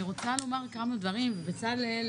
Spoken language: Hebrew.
אני רוצה להגיד כמה דברים ובצלאל,